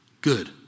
Good